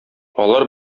алар